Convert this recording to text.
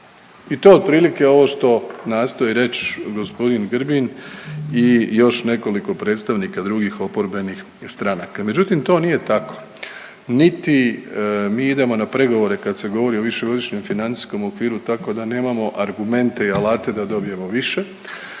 I to je otprilike ovo što nastoji reći gospodin Grbin i još nekoliko predstavnika drugih oporbenih stranaka. Međutim, to nije tako. Niti mi idemo na pregovore kad se govori o višegodišnjem financijskom okviru tako da nemamo argumente i alate da dobijemo više,